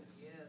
Yes